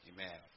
Amen